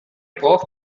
braucht